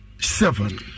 seven